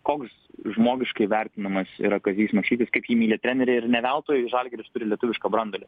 koks žmogiškai vertinimas yra kazys maksvytis kaip jį myli treneriai ir ne veltui žalgiris turi lietuvišką branduolį